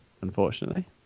unfortunately